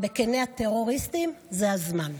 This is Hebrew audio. בקיני הטרוריסטים, זה הזמן.